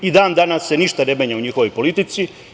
I dan danas se ništa ne menja u njihovoj politici.